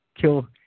kill